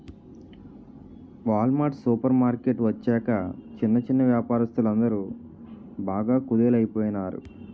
wall mart super market వచ్చాక చిన్న చిన్నా వ్యాపారస్తులందరు బాగా కుదేలయిపోనారు